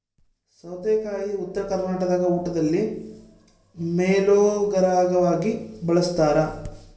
ಸೌತೆಕಾಯಿ ಉತ್ತರ ಕರ್ನಾಟಕದಾಗ ಊಟದಲ್ಲಿ ಮೇಲೋಗರವಾಗಿ ಬಳಸ್ತಾರ